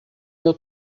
meu